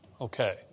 Okay